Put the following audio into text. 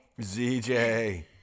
ZJ